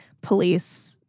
police